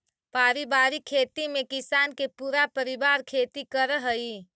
पारिवारिक खेती में किसान के पूरा परिवार खेती करऽ हइ